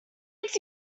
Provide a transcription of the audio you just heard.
makes